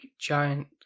giant